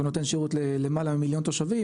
שנותן שירות למעלה ממיליון תושבים,